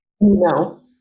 No